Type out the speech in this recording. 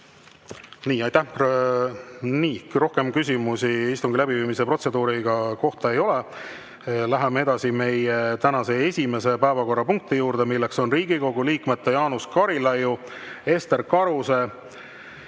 258 ja 259. Nii. Rohkem küsimusi istungi läbiviimise protseduuri kohta ei ole. Läheme edasi meie tänase esimese päevakorrapunkti juurde. See on Riigikogu liikmete Jaanus Karilaiu ja Ester Karuse